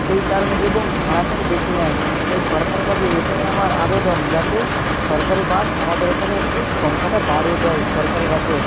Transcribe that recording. সেই কারণে এবং ভাড়াটাও বেশি নেয় তাই সরকারের কাছে এটাই আমার আবেদন যাতে সরকারি বাস আমাদের এখানে একটু সংখ্যাটা বাড়িয়ে দেয় সরকারি বাসের